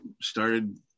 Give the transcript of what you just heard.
started